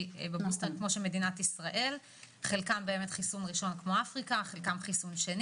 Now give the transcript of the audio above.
כמו במדינת ישראל; חלקם בחיסון ראשון כמו במדינות אפריקה,